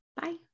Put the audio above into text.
Bye